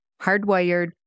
hardwired